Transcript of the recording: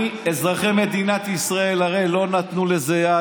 אזרחי מדינת ישראל הרי לא נתנו לזה יד,